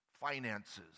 finances